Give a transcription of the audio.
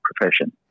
profession